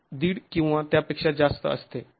५ किंवा त्यापेक्षा जास्त असते